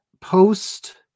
post